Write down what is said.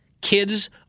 kids